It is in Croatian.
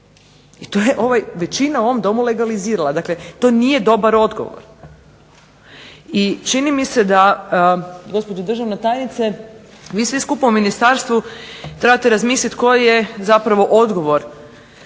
i to je većina u ovom Domu legalizirala. Dakle, to nije dobar odgovor. I čini mi se da gospođo državna tajnice, vi svi skupa u ministarstvu trebate razmisliti koji je odgovor